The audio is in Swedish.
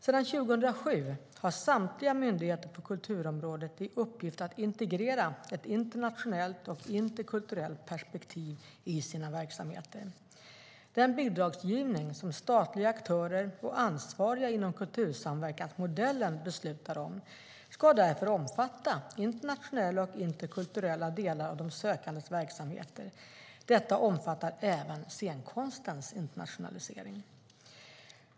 Sedan 2007 har samtliga myndigheter på kulturområdet i uppgift att integrera ett internationellt och interkulturellt perspektiv i sina verksamheter. Den bidragsgivning som statliga aktörer, och ansvariga inom kultursamverkansmodellen beslutar om, ska därför omfatta internationella och interkulturella delar av de sökandes verksamheter. Detta omfattar även scenkonstens internationalisering.